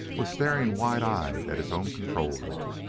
was staring wide-eyed at his own control-room,